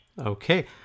Okay